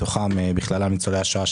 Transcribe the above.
ובכללם ניצולי השואה,